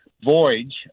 voyage